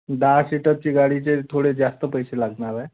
दहा सीटरची गाडीचे थोडे जास्त पैसे लागणार आहे